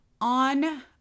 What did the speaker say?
on